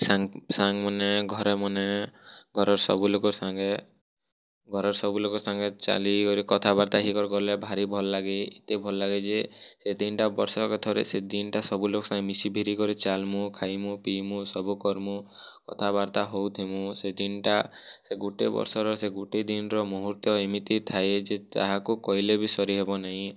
ସାଙ୍ଗ ସାଙ୍ଗମାନେ ଘରେମାନେ ଘରର ସବୁ ଲୋକ ସାଙ୍ଗେ ଘରର ସବୁ ଲୋକ ସାଙ୍ଗେ ଚାଲି କରି କଥାବାର୍ତ୍ତା ହେଇକରି ଗଲା ଭାରି ଭଲ ଲାଗେ ଏତେ ଭଲ ଲାଗେ ଯେ ସେଇଠି ଏନ୍ତା ବର୍ଷକୁ ଥରେ ସେ ଦିନଟା ସବୁ ଲୋକ ସାଙ୍ଗେ ମିଶି କରି ଚାଲମୁ ଖାଇମୁ ପିଇମୁ ସବୁ କରମୁ କଥାବାର୍ତ୍ତା ହଉ ଥିମୁ ସେ ଦିନଟା ସେ ଗୋଟେ ବର୍ଷର ସେ ଗୋଟେ ଦିନର ମୂହୁର୍ତ୍ତ ଏମିତି ଥାଏ ଯେ ତାହାକୁ କହିଲେ ବି ସରି ହେବ ନାଇଁ